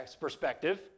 perspective